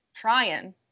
Trying